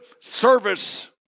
service